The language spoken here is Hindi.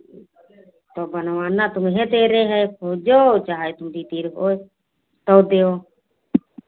तओ बनवाना तुम्हे तेरे है खोजओ चाहे तुम्हरी तीर होय तऊ देऊ